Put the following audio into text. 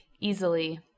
easily